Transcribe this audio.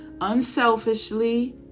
unselfishly